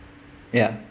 ya